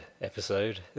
episode